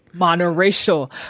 monoracial